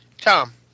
Tom